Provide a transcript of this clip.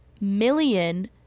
million